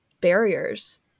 barriers